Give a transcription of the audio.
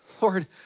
Lord